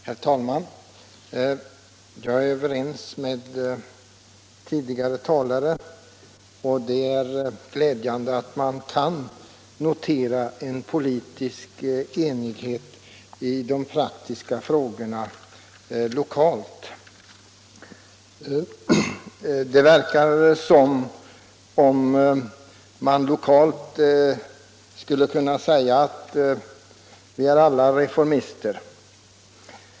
Herr talman! Jag är överens med tidigare talare. Det är glädjande att man lokalt kan notera en politisk enighet om de praktiska frågorna. Det verkar som om man skulle kunna säga att vi alla lokalt är reformister.